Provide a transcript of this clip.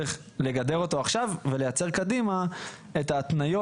צריך לגדר אותו עכשיו ולייצר קדימה את ההתניות